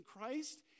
Christ